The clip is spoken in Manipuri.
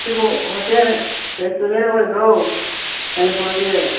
ꯁꯤꯕꯨ ꯍꯣꯇꯦꯜ ꯔꯦꯁꯇꯣꯔꯦꯟ ꯑꯣꯏꯕ꯭ꯔꯣ ꯃꯅꯤꯄꯨꯔꯒꯤ